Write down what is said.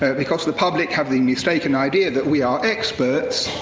ah because the public have the mistaken idea that we are experts,